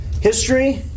history